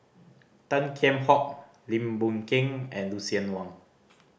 Tan Kheam Hock Lim Boon Keng and Lucien Wang